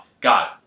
God